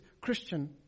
Christian